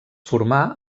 formà